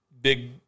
big